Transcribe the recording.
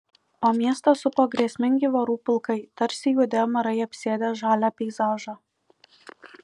o miestą supo grėsmingi vorų pulkai tarsi juodi amarai apsėdę žalią peizažą